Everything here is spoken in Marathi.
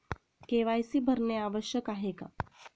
के.वाय.सी भरणे आवश्यक आहे का?